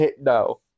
No